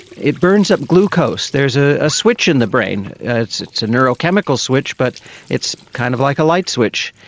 it burns up glucose. there is a ah switch in the brain, it's it's a neurochemical switch but it's kind of like a light switch,